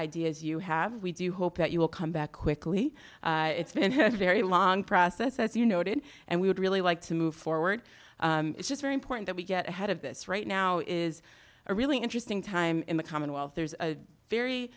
ideas you have we do hope that you will come back quickly it's been very long process as you noted and we would really like to move forward it's just very important that we get ahead of this right now is a really interesting time in the commonwealth there's a very